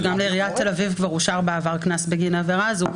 שגם לעיריית תל אביב כבר אושר בעבר קנס בגין עבירה זו.